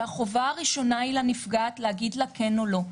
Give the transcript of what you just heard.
והחובה הראשונה היא לנפגעת להגיד לה כן או לא.